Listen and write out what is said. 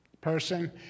person